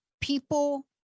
people